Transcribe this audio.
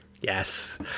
yes